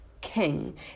King